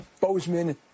Bozeman